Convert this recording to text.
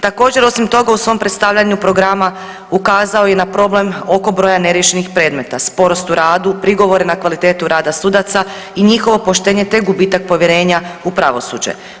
Također osim toga u svom predstavljanju programa ukazao je i na problem oko broja neriješenih predmeta, sporost u radu, prigovor na kvalitetu rada sudaca i njihovo poštenje te gubitak povjerenja u pravosuđe.